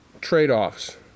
Trade-offs